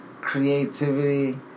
creativity